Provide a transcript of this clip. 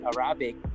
Arabic